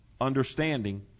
understanding